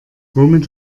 womit